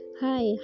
Hi